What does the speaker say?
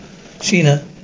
Sheena